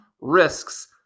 risks